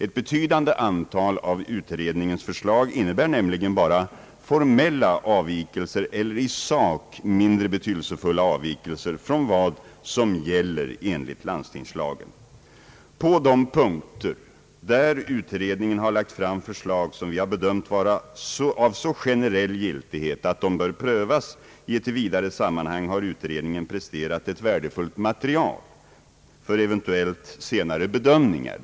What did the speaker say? Ett betydande antal av utredningens förslag innebär nämligen bara formella eller i sak mindre betydelsefulla avvikelser från vad som gäller enligt landstingslagen. På de punkter där utredningen har lagt fram förslag som vi har bedömt vara av så generell giltighet att de bör prövas i ett vidare sammanhang har utredningen presterat ett värdefullt material för eventuellt senare bedömningar.